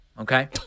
Okay